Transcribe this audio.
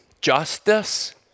justice